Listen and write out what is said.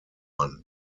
one